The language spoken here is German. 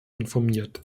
informiert